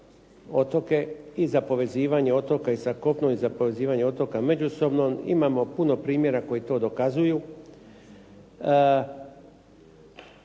otoke i za povezivanje otoka i sa kopnom i za povezivanje otoka međusobno. Imamo puno primjera koji to dokazuju.